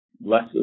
less